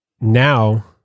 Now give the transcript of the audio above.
now